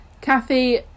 kathy